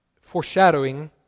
foreshadowing